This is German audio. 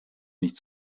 nicht